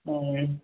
ம்